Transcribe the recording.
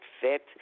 fit